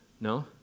No